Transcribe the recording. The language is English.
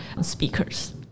speakers